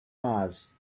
mars